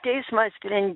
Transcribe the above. teisma spren